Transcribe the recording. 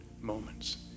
moments